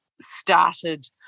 started